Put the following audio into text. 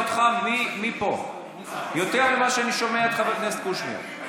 אותך מפה יותר ממה שאני שומע את חבר הכנסת קושניר.